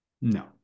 No